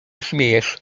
śmiejesz